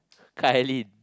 Kai-Lin